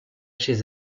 chez